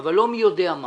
אבל לא מי יודע מה.